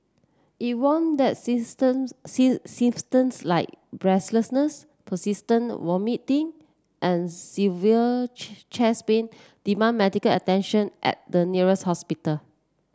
it warn that symptoms like breathlessness persistent vomiting and severe chest pain demand medical attention at the nearest hospital